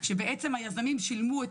ובעצם זה מה שגרם לנו